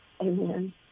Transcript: Amen